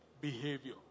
behavior